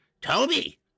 Toby